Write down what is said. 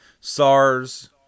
SARS